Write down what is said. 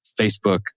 Facebook